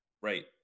right